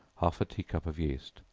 half a tea cup of yeast,